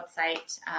website